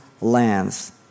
lands